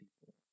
people